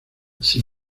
sin